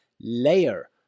layer